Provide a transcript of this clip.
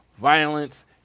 violence